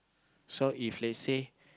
so if let's say